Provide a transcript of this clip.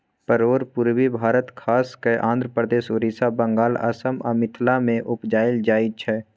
परोर पुर्वी भारत खास कय आंध्रप्रदेश, उड़ीसा, बंगाल, असम आ मिथिला मे उपजाएल जाइ छै